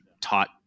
taught